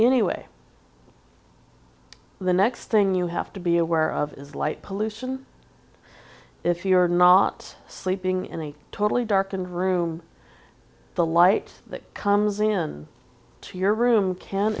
anyway the next thing you have to be aware of is light pollution if you're not sleeping in a totally darkened room the light that comes in to your room can